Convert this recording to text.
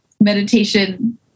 meditation